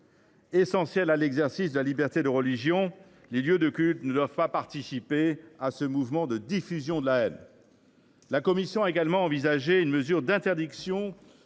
Essentiels à l’exercice de la liberté de religion, les lieux de culte ne doivent en aucun cas participer au mouvement de diffusion de la haine. La commission a également envisagé une mesure d’interdiction